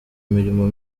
imirimo